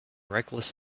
reckless